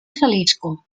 jalisco